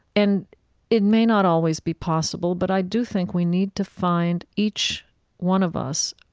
and it may not always be possible, but i do think we need to find, each one of us,